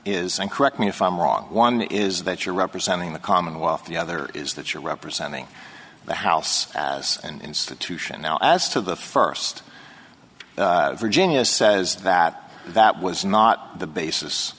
and correct me if i'm wrong one is that you're representing the commonwealth the other is that you're representing the house as an institution now as to the first virginius says that that was not the basis